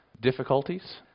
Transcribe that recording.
difficulties